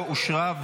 לא אושרה,